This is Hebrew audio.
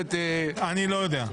אני לא יודע.